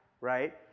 Right